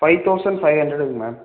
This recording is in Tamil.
ஃபைவ் தௌசண்ட் ஃபைவ் ஹண்ட்ரடுங்க மேம்